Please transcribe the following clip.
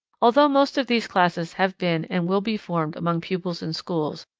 although most of these classes have been and will be formed among pupils in schools,